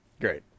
great